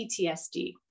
PTSD